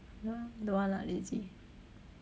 !huh! don't want lah lazy